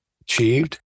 achieved